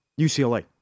UCLA